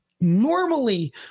Normally